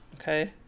Okay